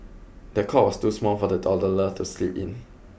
the cot was too small for the toddler to sleep in